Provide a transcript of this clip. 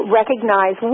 recognize